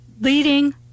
leading